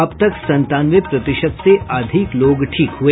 अब तक संतानवे प्रतिशत से अधिक लोग ठीक हुए